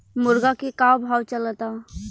मुर्गा के का भाव चलता?